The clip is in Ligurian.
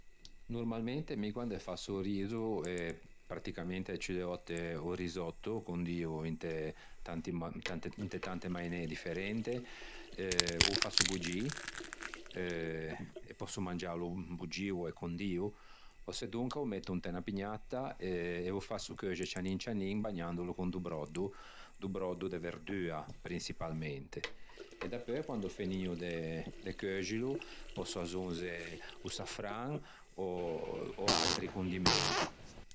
Normalmente quande mi fasso o riso, pratticamente e ciù de òtte o risotto condio inte tante mainee differente, o fasso bogî eh e pòsso mangiâlo boggio e condio ò sedonca o metto inte 'na pignatta e o fasso cheuxe cianin cianin bagnandolo con do broddo, do broddo de verdua prinçipalmente e dapeu quande ò finio de cheuxilo pòsso azzoznze o saffran ò atri condimenti